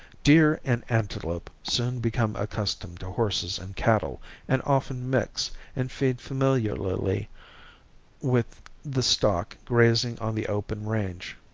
deer and antelope soon become accustomed to horses and cattle and often mix and feed familiarly with the stock grazing on the open range.